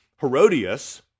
Herodias